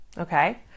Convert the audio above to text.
Okay